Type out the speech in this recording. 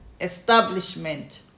establishment